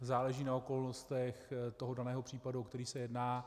Záleží na okolnostech toho daného případu, o který se jedná.